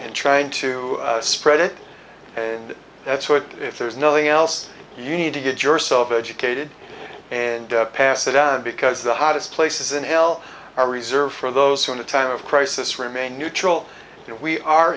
and trying to spread it and that's what if there's nothing else you need to get yourself educated and pass it on because the hottest places in hell are reserved for those who in a time of crisis remain neutral if we are